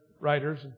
writers